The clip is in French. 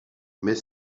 mais